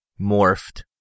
morphed